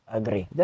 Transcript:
Agree